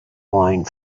wine